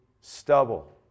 stubble